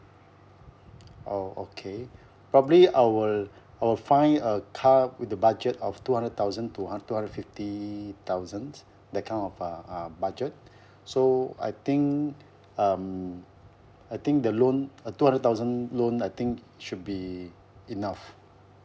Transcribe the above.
oh okay probably I will I will find a car with the budget of two hundred thousand to two hundred fifty thousands that kind of a uh budget so I think um I think the loan a two hundred thousand loan I think should be enough